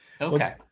Okay